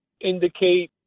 indicate